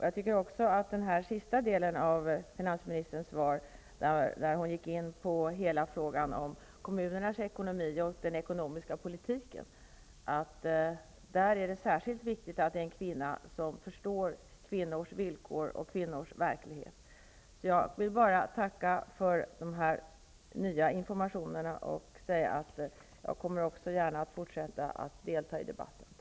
Jag tycker också att det beträffande sista delen av finansministerns svar som gällde kommunernas ekonomi och den ekonomiska politiken är särskilt viktigt att vi har en kvinna som förstår kvinnors villkor och kvinnors verklighet. Jag vill bara tacka för de nya informationerna och säga att jag gärna fortsätter att delta i debatten. Tack!